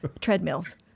treadmills